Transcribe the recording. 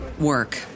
work